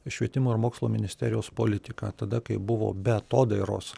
švietimo ir mokslo ministerijos politiką tada kai buvo be atodairos